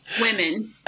women